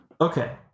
Okay